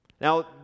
Now